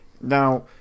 now